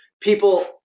people –